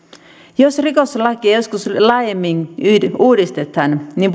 jos rikoslakia joskus laajemmin uudistetaan niin